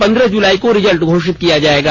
पंद्रह जूलाई को रिजल्ट घोषित किया जाएगा